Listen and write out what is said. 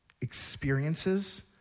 experiences